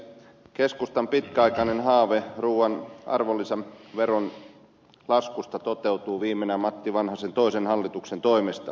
keskustan pitkäaikainen haave ruuan arvonlisäveron laskusta toteutuu viimein matti vanhasen toisen hallituksen toimesta